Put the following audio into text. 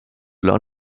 learn